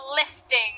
lifting